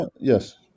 Yes